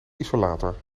isolator